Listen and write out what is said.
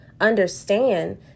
understand